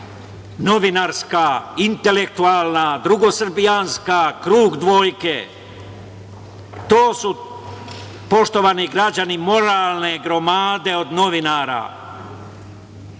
novinarska, intelektualna, drugosrbijanska, krug dvojke, to su poštovani građani, moralne gromade od novinara.